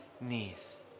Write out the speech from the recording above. knees